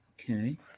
Okay